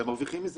אתם מרוויחים מזה.